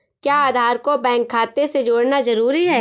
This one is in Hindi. क्या आधार को बैंक खाते से जोड़ना जरूरी है?